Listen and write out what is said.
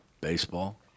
baseball